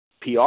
PR